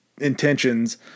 intentions